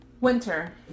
Winter